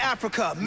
Africa